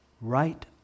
right